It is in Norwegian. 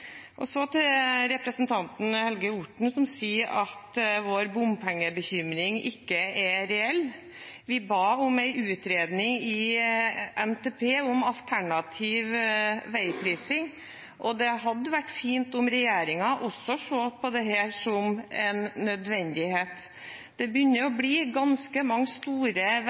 for, så for noen blir det mye verre enn det er i dag, og spesielt for dem som har dette som arbeidsvei. Til representanten Helge Orten, som sier at vår bompengebekymring ikke er reell: Vi ba om en utredning i NTP om alternativ veiprising, og det hadde vært fint om regjeringen også så på dette som